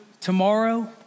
Tomorrow